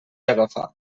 agafar